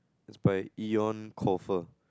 it's by Eoin-Colfer